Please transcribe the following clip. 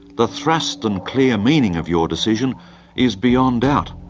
the thrust and clear meaning of your decision is beyond doubt.